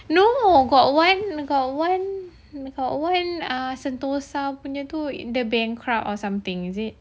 no got one got one got one ah sentosa punya tu bankrupt on something is it